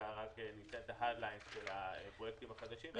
בראשי פרקים את הרשימה של כל הפרויקטים החדשים.